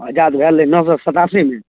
आजाद भेल रहै नओ सए सतासीमे